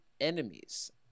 enemies